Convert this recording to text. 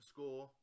Score